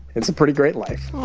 it's a pretty great life